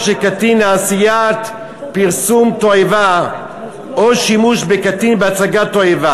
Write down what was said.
של קטין לעשיית פרסום תועבה או שימוש בקטין בהצגת תועבה,